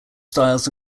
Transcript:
styles